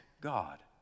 god